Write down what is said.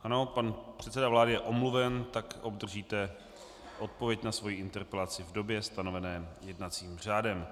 Ano, pan předseda vlády je omluven, tak obdržíte odpověď na svoji interpelaci v době stanovené jednacím řádem.